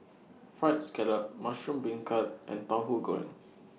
Fried Scallop Mushroom Beancurd and Tauhu Goreng